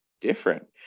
different